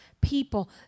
people